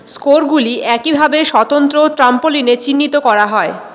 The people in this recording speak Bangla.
স্কোরগুলি একইভাবে স্বতন্ত্র ট্র্যাম্পোলিনে চিহ্নিত করা হয়